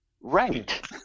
Right